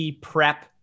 prep